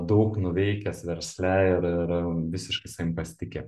daug nuveikęs versle ir ir visiškai savim pasitiki